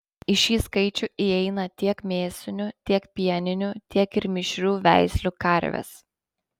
į šį skaičių įeina tiek mėsinių tiek pieninių tiek ir mišrių veislių karvės